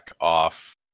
off